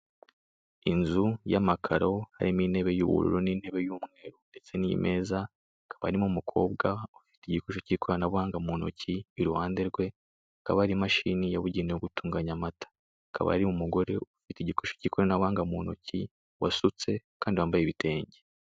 Inzu y'amakaro, harimo intebe y'ubururu n'intebe y'umweru, ndetse n'imeza, hakaba harimo umukobwa ufite igikoresho cy'ikoranabuhanga mu ntoki, iruhande rwe hakaba hari imashini yabugenewe gutunganya amata. Hakaba hari umugore ufite igikoresho cy'ikoranabuhanga mu ntoki, wasutse, kandi wambaye ibitenge.